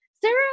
Sarah